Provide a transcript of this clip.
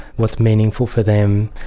what's meaningful for them,